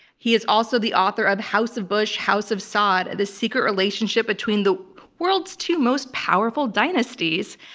he is also the author of house of bush, house of saud the secret relationship between the world's two most powerful dynasties.